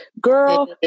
girl